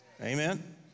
Amen